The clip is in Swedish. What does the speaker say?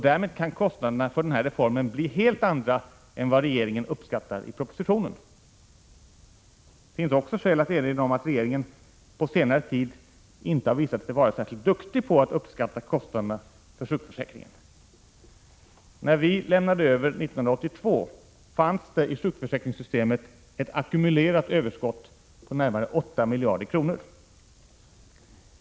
Därmed kan kostnaderna för den här reformen bli helt andra än vad regeringen uppskattar i propositionen. Det finns också skäl att erinra om att regeringen på senare tid inte har visat sig vara särskilt duktig på att uppskatta kostnaderna för sjukförsäkringen. När vi lämnade över 1982 fanns det i sjukförsäkringssystemet ett ackumulerat överskott på närmare 8 miljarder kronor.